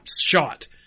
shot